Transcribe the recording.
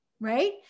Right